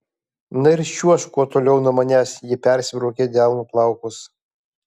na ir čiuožk kuo toliau nuo manęs ji persibraukė delnu plaukus